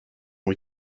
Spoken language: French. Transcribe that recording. ont